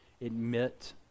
admit